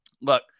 look